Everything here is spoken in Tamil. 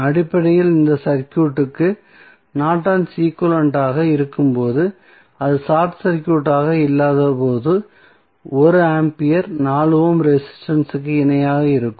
அடிப்படையில் இந்த சர்க்யூட்க்கு நார்டன் ஈக்வலன்ட் ஆக இருக்கும்போது அது ஷார்ட் சர்க்யூட்டாக இல்லாதபோது 1 ஆம்பியர் 4 ஓம் ரெசிஸ்டன்ஸ் இற்கு இணையாக இருக்கும்